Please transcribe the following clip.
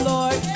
Lord